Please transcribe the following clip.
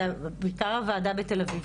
זה בעיקר הוועדה בתל-אביב,